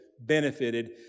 benefited